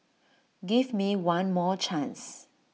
give me one more chance